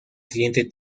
siguiente